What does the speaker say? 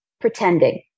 pretending